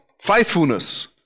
Faithfulness